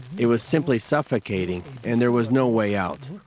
it was simply suffocating, and there was no way out.